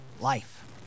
life